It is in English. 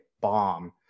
bomb